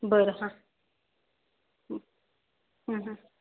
बरं हां हां